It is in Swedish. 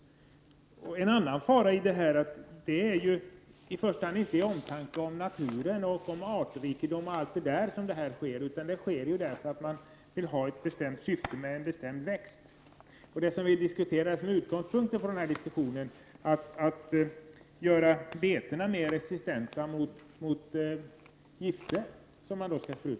En annan fara är att detta inte sker i första hand av omtanke om naturen, artrikedom, osv. utan att det sker för att man har ett bestämt syfte med en bestämd växt. Med utgångspunkt i detta förs nu en diskussion om att man skall göra betena mer resistenta mot gifter som skall sprutas på dem.